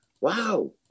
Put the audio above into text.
Wow